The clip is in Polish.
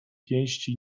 pięści